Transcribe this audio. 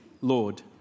Lord